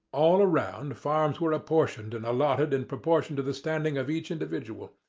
all around farms were apportioned and allotted in proportion to the standing of each individual.